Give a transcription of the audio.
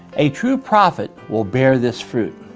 a true prophet will bear this fruit.